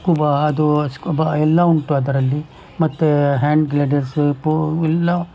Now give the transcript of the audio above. ಕುಬಾ ಅದು ಸ್ಕುಬಾ ಎಲ್ಲ ಉಂಟು ಅದರಲ್ಲಿ ಮತ್ತೆ ಹ್ಯಾಂಡ್ ಗ್ಲೇಡರ್ಸ ಪೂ ಎಲ್ಲ